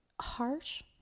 harsh